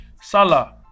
Salah